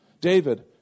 David